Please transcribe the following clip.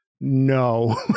no